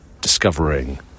discovering